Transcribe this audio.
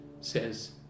says